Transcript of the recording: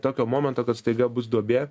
tokio momento kad staiga bus duobė